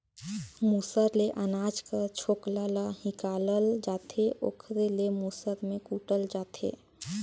मूसर ले अनाज कर छोकला ल हिंकालल जाथे ओकरे ले मूसर में कूटल जाथे